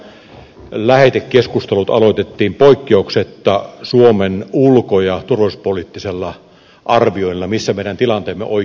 muistan ne ajat jolloinka lähetekeskustelut aloitettiin poikkeuksetta suomen ulko ja turvallisuuspoliittisilla arvioilla siitä mikä meidän tilanteemme oikein on